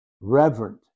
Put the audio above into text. Reverent